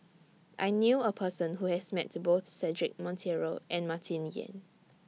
I knew A Person Who has Met Both Cedric Monteiro and Martin Yan